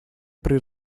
при